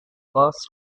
cost